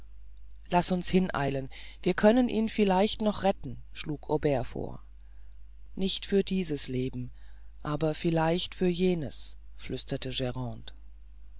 laß uns hineilen wir können ihn vielleicht noch retten schlug aubert vor nicht für dieses leben aber vielleicht für jenes flüsterte